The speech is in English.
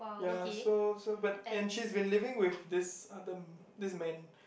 ya so so but and she is living with this other this man